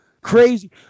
Crazy